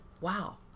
wow